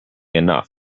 enough